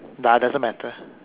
nah doesn't matter